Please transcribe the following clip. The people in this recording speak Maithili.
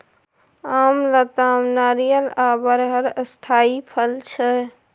आम, लताम, नारियर आ बरहर स्थायी फसल छै